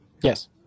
Yes